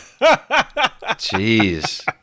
jeez